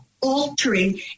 altering